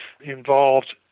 involved